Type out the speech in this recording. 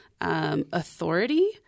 authority